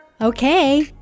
Okay